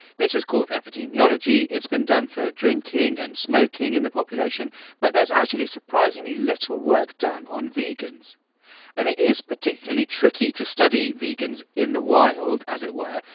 this is called epidemiology. tt's been done for drinking and smoking in the population but there's actually surprisingly little work done on vegans and it is particularly tricky to study vegans in the wild, as it were,